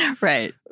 Right